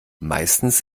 meistens